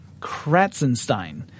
Kratzenstein